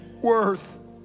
worth